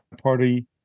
party